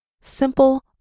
Simple